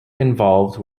involved